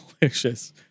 delicious